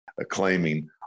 claiming